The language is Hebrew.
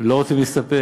לא רוצים להסתפק?